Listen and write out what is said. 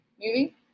movie